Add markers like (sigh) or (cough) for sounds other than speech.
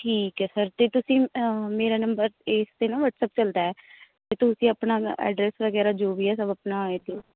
ਠੀਕ ਹੈ ਸਰ ਅਤੇ ਤੁਸੀਂ ਮੇਰਾ ਨੰਬਰ ਇਸ 'ਤੇ ਨਾ ਵਟਸਅਪ ਚਲਦਾ ਅਤੇ ਤੁਸੀਂ ਆਪਣਾ (unintelligible) ਐਡਰੈਸ ਵਗੈਰਾ ਜੋ ਵੀ ਆ ਸਭ ਆਪਣਾ ਦੇ ਦਿਓ